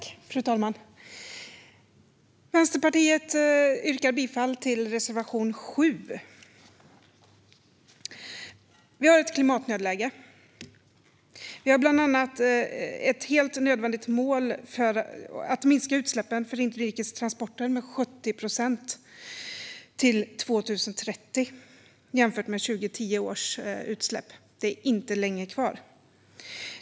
Fru talman! Vänsterpartiet yrkar bifall till reservation 7. Vi har ett klimatnödläge. Vi har bland annat ett helt nödvändigt mål om att minska utsläppen för inrikes transporter med 70 procent till 2030 jämfört med utsläppen för 2010. Det är inte lång tid kvar.